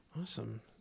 Awesome